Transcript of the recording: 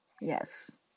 yes